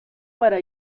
para